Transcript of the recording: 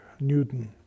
Newton